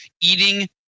eating